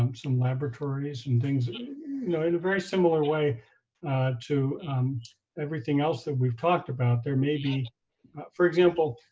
um some laboratories and things in a very similar way to everything else that we've talked about, there may be for example,